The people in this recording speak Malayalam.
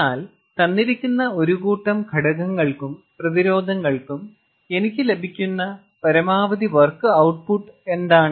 എന്നാൽ തന്നിരിക്കുന്ന ഒരു കൂട്ടം ഘടകങ്ങൾക്കും പ്രതിരോധങ്ങൾക്കും എനിക്ക് ലഭിക്കുന്ന പരമാവധി വർക്ക് ഔട്ട്പുട്ട് എന്താണ്